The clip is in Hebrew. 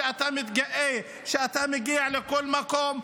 שאתה מתגאה שאתה מגיע לכל מקום,